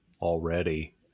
already